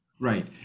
Right